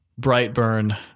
Brightburn